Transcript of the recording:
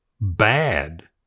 bad